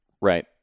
right